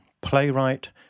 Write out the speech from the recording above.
playwright